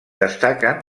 destaquen